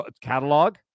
catalog